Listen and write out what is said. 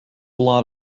lot